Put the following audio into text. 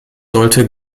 sollte